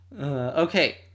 Okay